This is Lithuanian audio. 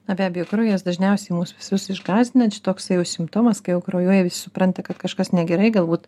na be abejo kraujas dažniausiai mus visus išgąsdina čia toks jau simptomas kai jau kraujuoja supranta kad kažkas negerai galbūt